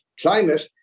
climate